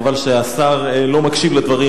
חבל שהשר לא מקשיב לדברים,